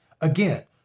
Again